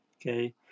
okay